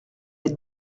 être